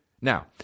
now